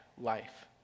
life